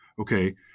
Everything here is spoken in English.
okay